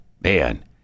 man